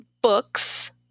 books